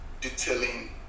detailing